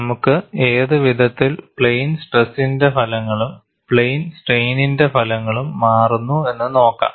നമുക്ക് ഏതു വിധത്തിൽ പ്ലെയിൻ സ്ട്രെസ്സിന്റെ ഫലങ്ങളും പ്ലെയിൻ സ്ട്രെയ്നിന്റെ ഫലങ്ങളും മാറുന്നു എന്നു നോക്കാം